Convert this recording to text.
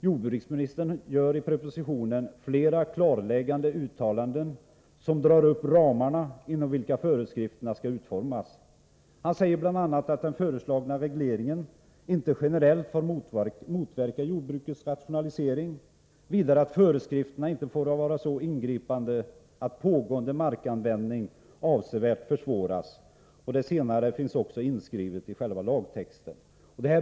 Jordbruksministern gör i propositionen flera klarläggande uttalanden som ger ramarna inom vilka föreskrifterna skall utformas. Han säger bl.a. att den föreslagna regleringen inte generellt får motverka jordbrukets rationalisering. Vidare får föreskrifterna inte vara så ingripande att pågående markanvändning avsevärt försvåras. Detta senare är också inskrivet i själva lagtexten.